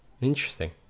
interesting